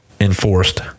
enforced